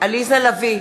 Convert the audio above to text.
עליזה לביא,